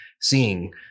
seeing